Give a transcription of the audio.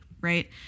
right